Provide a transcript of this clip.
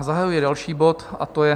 Zahajuji další bod, a to je